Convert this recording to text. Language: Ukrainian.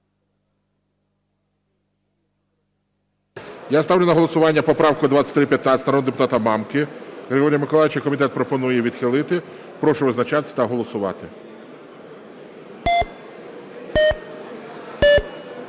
Я ставлю на голосування поправку 2315 народного депутата Мамки Григорія Миколайовича. Комітет пропонує її відхилити. Прошу визначатись та голосувати.